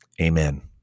Amen